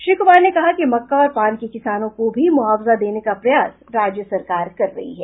श्री कुमार ने कहा कि मक्का और पान के किसानों को भी मुआवजा देने का प्रयास राज्य सरकार कर रही है